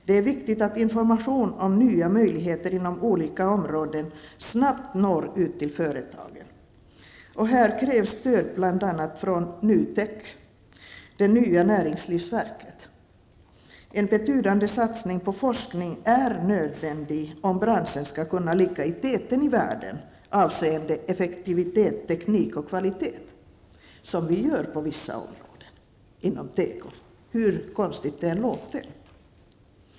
Det är viktigt att information om nya möjligheter inom olika områden snabbt når ut till företagen. Bl.a. krävs det stöd från nytek, det nya näringslivsverket. En betydande satsning på forskning är nödvändig om branschen skall kunna ligga i täten i världen avseende effektivitet, teknik och kvalitet, som den gör inom vissa områden inom teko, hur konstigt det än låter.